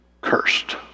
cursed